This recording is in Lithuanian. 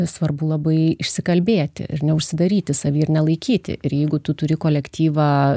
svarbu labai išsikalbėti ir neužsidaryti savy ir nelaikyti ir jeigu tu turi kolektyvą